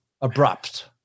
abrupt